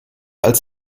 als